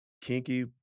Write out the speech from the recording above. kinky